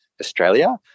Australia